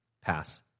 pass